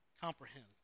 comprehend